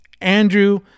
Andrew